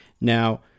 now